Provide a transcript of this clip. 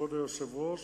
כבוד היושב-ראש,